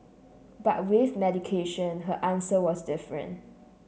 but with medication her answer was different